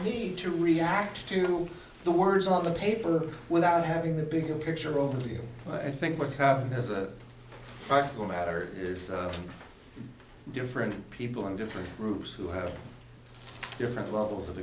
d to react to the words on the paper without having the bigger picture of the i think what's happened as a practical matter is different people in different groups who have different levels of